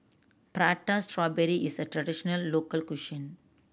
Prata Strawberry is a traditional local